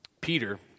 Peter